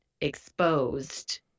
exposed